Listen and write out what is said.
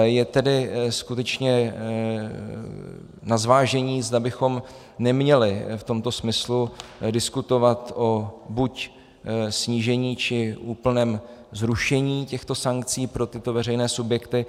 Je tedy skutečně na zvážení, zda bychom neměli v tomto smyslu diskutovat o buď snížení, či úplném zrušení těchto sankcí pro tyto veřejné subjekty.